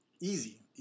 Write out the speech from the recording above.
easy